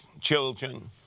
children